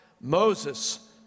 Moses